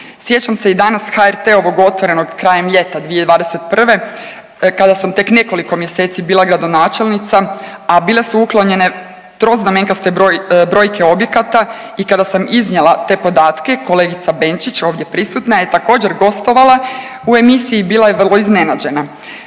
Sjećam se i danas HRT-ovog Otvorenog krajem ljeta 2021. kada sam tek nekoliko mjeseci bila gradonačelnica, a bila su uklonjene troznamenkaste brojke objekata i kada sam iznijela te podatke kolegica Benčić ovdje prisutna je također gostovala u emisiji, bila je vrlo iznenađena.